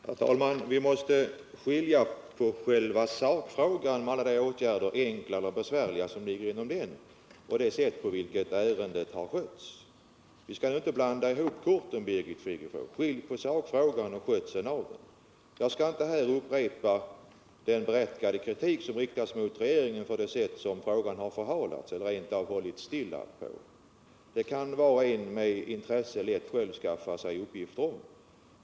Herr talman! Vi måste skilja på själva sakfrågan med alla de åtgärder, enkla eller besvärliga, som ligger inom denna och det sätt, på vilket ärendet har skötts. Vi skall inte blanda ihop korten, Birgit Friggebo! Vi måste skilja på sakfrågan och själva skötseln av den. Jag skall här inte upprepa den berättigade kritik som riktas mot regeringen för det sätt, på vilket frågan har förhalats eller rent av hållits tillbaka. Det kan var och en som har intresse för saken lätt skaffa sig uppgift om.